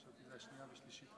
חשבתי שנייה ושלישית.